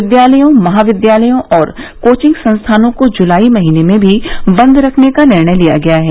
विद्यालयों महाविद्यालयों और कोचिंग संस्थानों को जुलाई महीने में भी बंद रखने का निर्णय लिया गया है